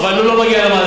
אבל הוא לא מגיע למעסיק,